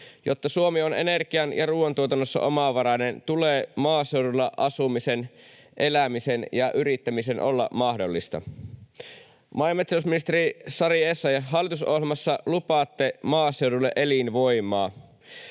Jotta Suomi on energian ja ruuantuotannossa omavarainen, tulee maaseudulla asumisen, elämisen ja yrittämisen olla mahdollista. Maa- ja metsätalousministeri Sari Essayah, hallitusohjelmassa lupaatte maaseudulle elinvoimaa.